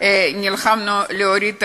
נלחמנו להוריד,